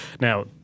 Now